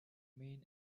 main